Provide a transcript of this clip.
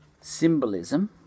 symbolism